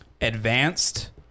Advanced